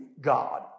God